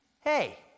Hey